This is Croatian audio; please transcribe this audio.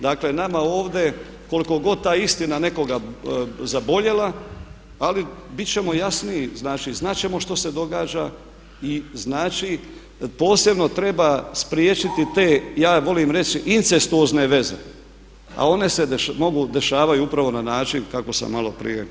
Dakle nama ovdje koliko ta istina nekoga zaboljela ali bit ćemo jasniji, znači znat ćemo što se događa i znači posebno treba spriječiti te ja volim reći incestuozne veze, a one se mogu, dešavaju upravo na način kako sam maloprije objasnio.